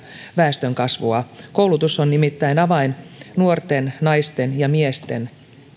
väestönkasvua koulutus on nimittäin avain siinä kun puhutaan nuorten naisten ja miesten